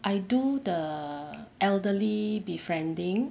I do the elderly befriending